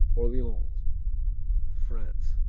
orleans france